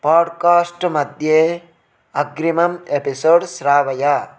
पाड्कास्ट्मध्ये अग्रिमम् एपिसोड् श्रावय